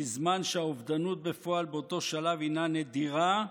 בזמן שהאובדנות בפועל באותו שלב הינה נדירה,